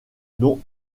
dont